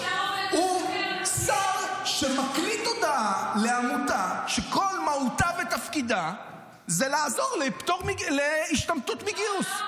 הוא שר שמקליט הודעה לעמותה שכל מהותה ותפקידה זה לעזור להשתמטות מגיוס.